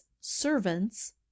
servants